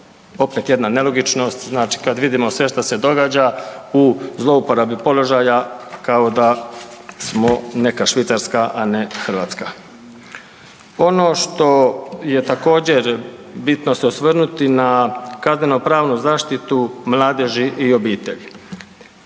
Opet jedna nelogičnost, znači kad vidimo sve šta se događa u zlouporabi položaja kao da smo neka Švicarska, a ne Hrvatska. Ono što je također bitno se osvrnuti na kazneno pravnu zaštitu mladeži i obitelji.